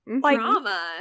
drama